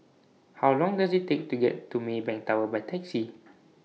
How Long Does IT Take to get to Maybank Tower By Taxi